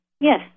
Yes